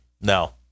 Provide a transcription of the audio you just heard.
no